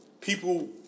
People